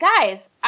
guys